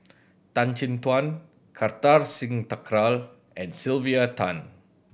Tan Chin Tuan Kartar Singh Thakral and Sylvia Tan